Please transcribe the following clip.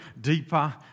deeper